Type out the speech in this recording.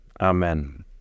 Amen